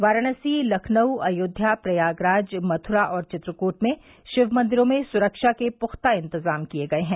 वाराणसी लखनऊ अयोध्या प्रयागराज मथुरा और चित्रकूट में शिवनंदिरों में सुरक्षा के पुख्ता इंतजाम किए गये हैं